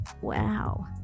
Wow